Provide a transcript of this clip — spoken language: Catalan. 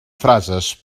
frases